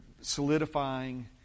solidifying